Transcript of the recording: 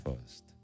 first